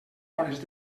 hores